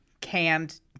canned